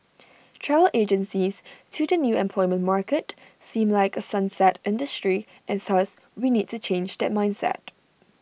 travel agencies to the new employment market seem like A sunset industry and thus we need to change that mindset